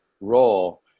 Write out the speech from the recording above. role